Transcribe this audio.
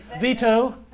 Veto